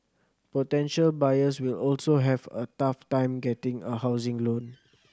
potential buyers will also have a tough time getting a housing loan